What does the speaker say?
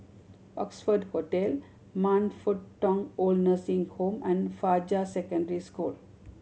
Oxford Hotel Man Fut Tong OId Nursing Home and Fajar Secondary School